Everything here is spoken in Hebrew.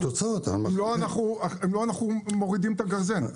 אנחנו מורידים את הגרזן.